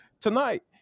tonight